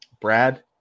Brad